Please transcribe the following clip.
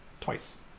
twice